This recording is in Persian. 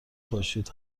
پاشید